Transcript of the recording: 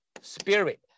spirit